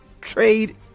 trade